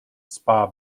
spa